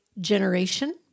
generation